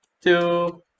two